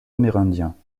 amérindiens